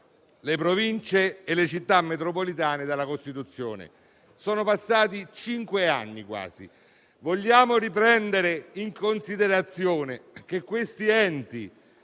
le Province e le Città metropolitane dalla Costituzione. Sono passati quasi cinque anni e dovremmo riprendere in considerazione la questione